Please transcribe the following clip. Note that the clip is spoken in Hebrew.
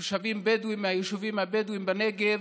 תושבים בדואים מהיישובים הבדואיים בנגב,